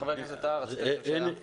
חבר הכנסת טאהא, רצית לשאול שאלה.